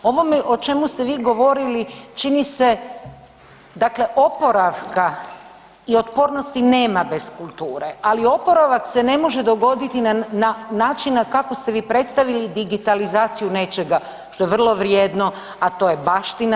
Ovo o čemu ste vi govorili čini se dakle oporavka i otpornosti nema bez kulture, ali oporavak se ne može dogoditi na način kako ste vi predstavili digitalizaciju nečega što je vrlo vrijedno, a to je baština.